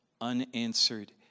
unanswered